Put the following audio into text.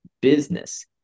business